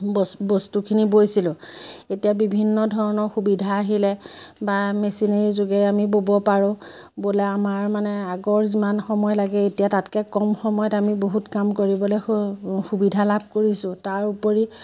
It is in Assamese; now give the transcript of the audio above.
বস্তু বস্তুখিনি বৈছিলোঁ এতিয়া বিভিন্ন ধৰণৰ সুবিধা আহিলে বা মেচিনেৰ যোগে আমি ব'ব পাৰোঁ বোলে আমাৰ মানে আগৰ যিমান সময় লাগে এতিয়া তাতকৈ কম সময়ত আমি বহুত কাম কৰিবলৈ সুবিধা লাভ কৰিছোঁ তাৰ উপৰি